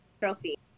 trophy